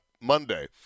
Monday